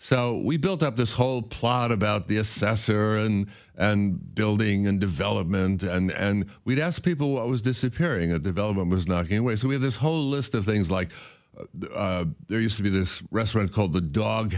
so we built up this whole plot about the assessor and and building and development and we've asked people what was disappearing a development was not going away so we had this whole list of things like there used to be this restaurant called the dog